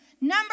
Number